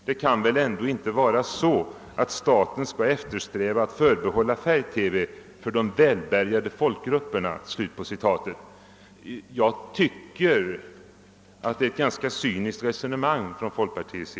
Det kan väl ändå inte vara så att staten skall eftersträva att förbehålla färg-TV för de välbärgade folkgrupperna.» Jag tycker att det är ett ganska cyniskt resonemang som folkpartiet för.